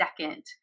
second